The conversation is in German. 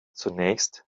zunächst